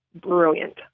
brilliant